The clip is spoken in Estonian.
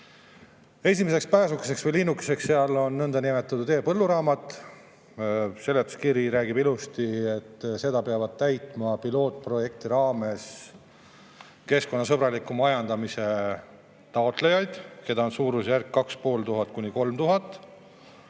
Esimeseks pääsukeseks või linnukeseks seal on nõndanimetatud e-põlluraamat. Seletuskirjas on ilusti räägitud, et seda peavad täitma pilootprojekti raames keskkonnasõbraliku majandamise taotlejad, keda on suurusjärgus 2500–3000.